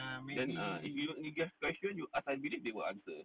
then ah if you have question you ask I believe they will answer